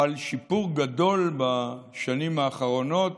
חל שיפור גדול בשנים האחרונות